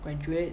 graduate